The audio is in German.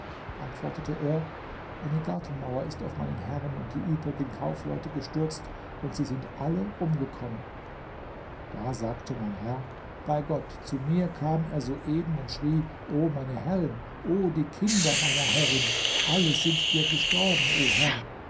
antwortete er eine gartenmauer ist auf meinen herrn und die übrigen kaufleute gestürzt und sie sind alle umgekommen da sagte mein herr bei gott zu mir kam er soeben und schrie o meine herrin o die kinder meiner herrin alle sind dir gestorben o herr